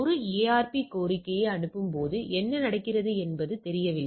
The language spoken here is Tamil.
ஒரு ARP கோரிக்கையை அனுப்பும்போது என்ன நடக்கிறது என்பது தெரியவில்லை